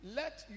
let